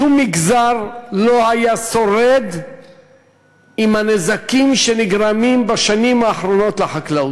שום מגזר לא היה שורד עם הנזקים שנגרמים בשנים האחרונות לחקלאות.